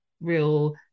real